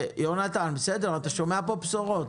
יונתן, אתה שומע פה בשורות.